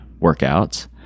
workouts